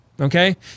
Okay